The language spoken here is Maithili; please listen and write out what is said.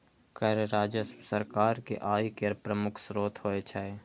कर राजस्व सरकार के आय केर प्रमुख स्रोत होइ छै